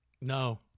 No